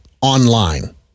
online